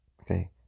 Okay